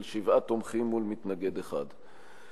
של שבעה תומכים ומתנגד אחד.